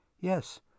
Yes